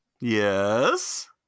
Yes